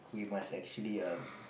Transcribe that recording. we must actually um